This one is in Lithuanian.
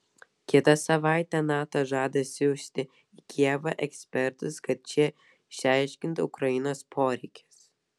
kitą savaitę nato žada siųsti į kijevą ekspertus kad šie išsiaiškintų ukrainos poreikius